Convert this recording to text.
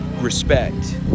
respect